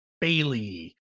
Bailey